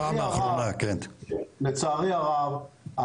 לצערי הרב,